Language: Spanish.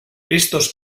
estos